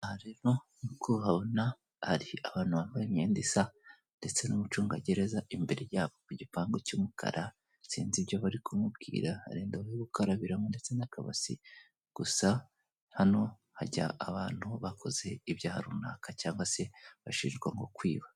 Aha rero nk'uko uhabona hari abantu bambaye imyenda isa ndetse n'umucungagereza imbere yabo ku gipangu cy'umukara, sinzi ibyo bari kumubwira hari indobo yo gukarabiramo ndetse n'akabase gusa hano hajya abantu bakoze ibyaha runaka cyangwa se bashinjwa nko kwiba.